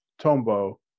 tombo